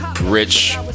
rich